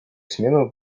смену